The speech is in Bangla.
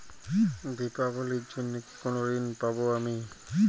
দীপাবলির জন্য কি কোনো ঋণ পাবো আমি?